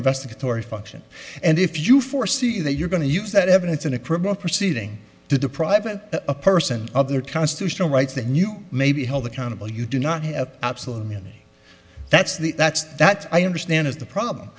investigatory function and if you foresee that you're going to use that evidence in a criminal proceeding to deprive a person of their constitutional rights that new may be held accountable you do not have absolute that's the that's that i understand is the problem